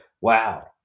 wow